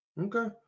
Okay